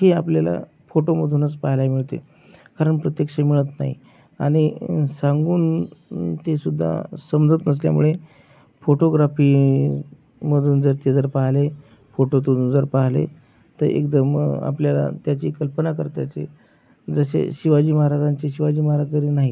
ही आपल्याला फोटोमधूनच पाहायला मिळते कारण प्रत्यक्ष मिळत नाही आणि सांगून ते सुद्धा समजत नसल्यामुळे फोटोग्राफीमधून जर ते जर पाहिले फोटोतून जर पाहिले तर एकदम आपल्याला त्याची कल्पना करता येते जसे शिवाजी महाराजांची शिवाजी महाराज जरी नाहीत